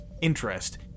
interest